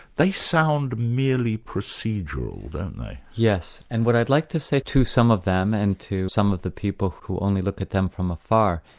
they sound merely procedural, don't they? yes, and what i'd like to say to some of them and to some of the people who only look at them from afar,